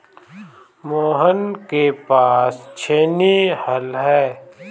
मोहन के पास छेनी हल है